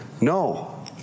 No